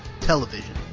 television